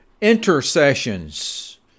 intercessions